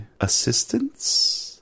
assistance